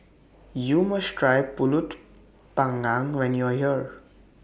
YOU must Try Pulut Panggang when YOU Are here